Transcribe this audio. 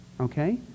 Okay